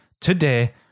today